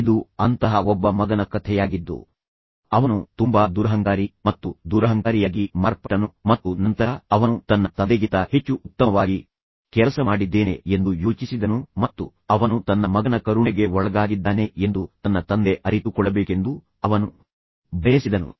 ಇದು ಅಂತಹ ಒಬ್ಬ ಮಗನ ಕಥೆಯಾಗಿದ್ದು ಅವನು ತುಂಬಾ ದುರಹಂಕಾರಿ ಮತ್ತು ದುರಹಂಕಾರಿಯಾಗಿ ಮಾರ್ಪಟ್ಟನು ಮತ್ತು ನಂತರ ಅವನು ತನ್ನ ತಂದೆಗಿಂತ ಹೆಚ್ಚು ಉತ್ತಮವಾಗಿ ಕೆಲಸ ಮಾಡಿದ್ದೇನೆ ಎಂದು ಯೋಚಿಸಿದನು ಮತ್ತು ಅವನು ತನ್ನ ಮಗನ ಕರುಣೆಗೆ ಒಳಗಾಗಿದ್ದಾನೆ ಎಂದು ತನ್ನ ತಂದೆ ಅರಿತುಕೊಳ್ಳಬೇಕೆಂದು ಅವನು ಬಯಸಿದನು